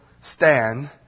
stand